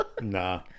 Nah